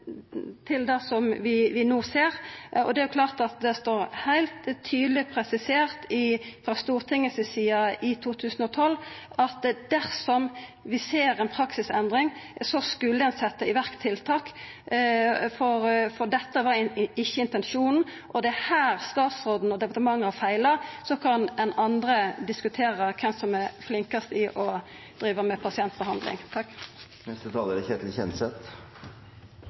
årsak til det vi no ser. Det står heilt tydeleg presisert frå Stortinget si side i 2012 at dersom ein såg ei praksisendring, så skulle ein setja i verk tiltak, for dette var ikkje intensjonen. Det er her statsråden og departementet har feila, så kan andre diskutera kven som er flinkast til å driva med pasientbehandling. Takk til statsråden for en grundig gjennomgang. Det er